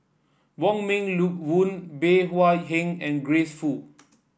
Wong Meng Voon Bey Hua Heng and Grace Fu